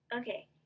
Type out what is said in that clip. Okay